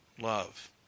love